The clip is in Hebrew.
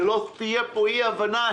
שלא תהיה פה אי-הבנה,